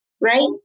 right